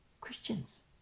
Christians